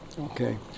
Okay